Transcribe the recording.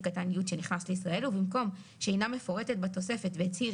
קטן י' שנכנס לישראל ובמקום שאינה מפורטת בתוספת והצהיר